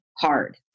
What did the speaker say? hard